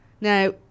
Now